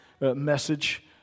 message